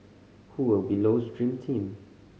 who will be Low's dream team